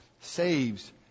saves